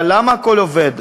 אבל למה הכול עובד?